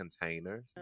containers